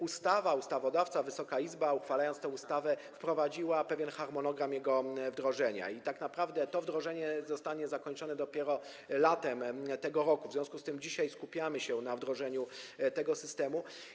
Ustawodawca, Wysoka Izba, uchwalając tę ustawę, wprowadził pewien harmonogram jego wdrożenia i tak naprawdę to wdrożenie zostanie zakończone dopiero latem tego roku, w związku z tym dzisiaj skupiamy się na wdrożeniu tego systemu.